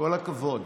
כל הכבוד.